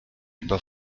über